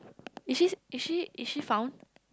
is she is she is she found